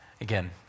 Again